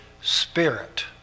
spirit